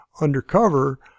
undercover